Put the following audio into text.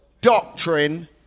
doctrine